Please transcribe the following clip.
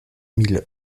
mille